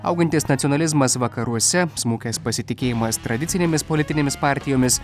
augantis nacionalizmas vakaruose smukęs pasitikėjimas tradicinėmis politinėmis partijomis